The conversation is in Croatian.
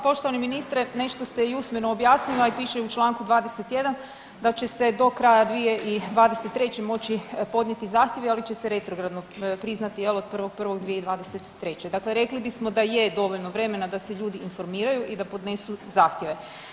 Poštovani ministre, nešto ste i usmeno objasnili, a i piše u čl. 21, da će se do kraja 2023. moći podnijeti zahtjevi, ali će se retrogradno priznati, je li, od 1.1.2023., dakle rekli bismo da je dovoljno vremena da se ljudi informiraju i da podnesu zahtjeve.